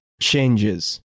Changes